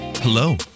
Hello